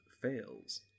Fails